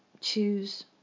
Choose